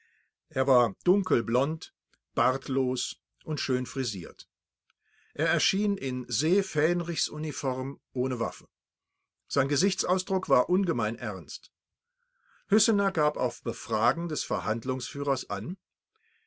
er war dunkel blond bartlos und schön frisiert er erschien in see fähnrichsuniform ohne waffe sein gesichtsausdruck war ungemein ernst hüssener gab auf befragen des verhandlungsführers an